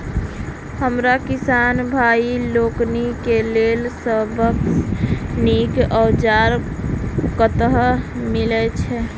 हमरा किसान भाई लोकनि केँ लेल सबसँ नीक औजार कतह मिलै छै?